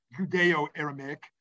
Judeo-Aramaic